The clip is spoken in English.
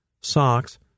socks